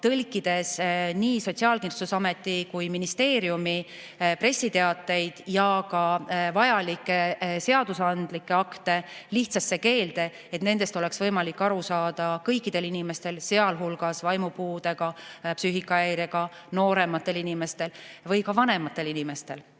tõlkides nii Sotsiaalkindlustusameti kui ka ministeeriumi pressiteateid, samuti vajalikke seadusandlikke akte lihtsasse keelde, et nendest oleks võimalik aru saada kõikidel inimestel, sealhulgas vaimupuude või psüühikahäirega noorematel, aga ka vanematel inimestel.